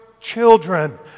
children